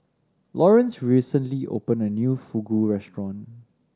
Lawerence recently opened a new Fugu Restaurant